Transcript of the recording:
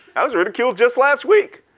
i was ridiculed just last week.